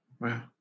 Wow